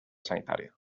sanitària